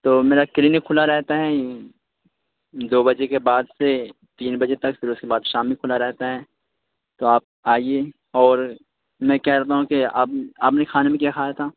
تو میرا کلینک کھلا رہتا ہے دو بجے کے بعد سے تین بجے تک پھر اس کے بعد شام کو کھلا رہتا ہے تو آپ آئیے اور میں کہہ دیتا ہوں کہ آپ آپ نے کھانے میں کیا کھایا تھا